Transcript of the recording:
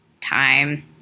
time